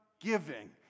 giving